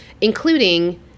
including